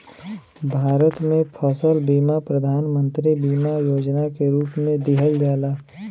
भारत में फसल बीमा प्रधान मंत्री बीमा योजना के रूप में दिहल जाला